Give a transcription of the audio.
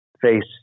face